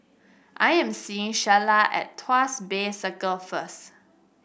I am seeing Shayla at Tuas Bay Circle first